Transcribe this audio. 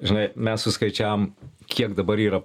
žinai mes suskaičiavom kiek dabar yra